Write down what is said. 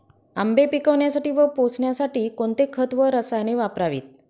आंबे पिकवण्यासाठी व पोसण्यासाठी कोणते खत व रसायने वापरावीत?